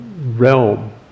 realm